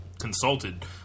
consulted